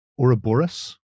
Ouroboros